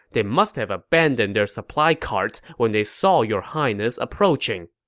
they must have abandoned their supply carts when they saw your highness approaching.